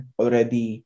already